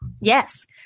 yes